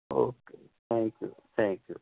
okay thank you thank you